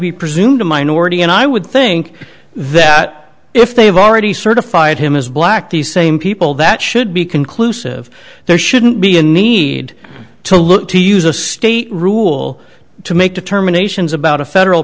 be presumed a minority and i would think that if they have already certified him as black these same people that should be conclusive there shouldn't be a need to look to use a state rule to make determinations about a federal